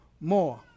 more